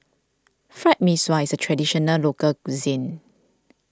Fried Mee Sua is a Traditional Local Cuisine